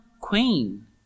queen